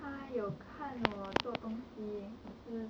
它有看我做东西可是